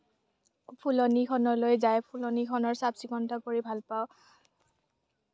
ফুলনিখনলৈ যাই ফুলনিখন চাফ চিকুণ কৰি ভাল পাওঁ